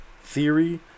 theory